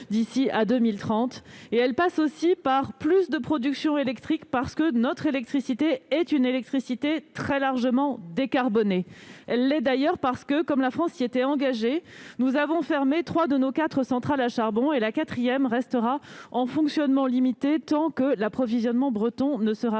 d'ici à 2030. Elle passe aussi par plus de production électrique, parce que notre électricité est une électricité très largement décarbonée. Elle l'est d'ailleurs parce que, comme la France s'y était engagée, nous avons fermé trois de nos quatre centrales à charbon. La quatrième restera pour sa part en fonctionnement limité tant que l'approvisionnement breton ne sera pas